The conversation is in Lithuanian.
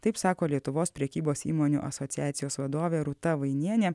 taip sako lietuvos prekybos įmonių asociacijos vadovė rūta vainienė